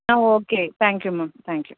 ah okay thank you ma'am thank you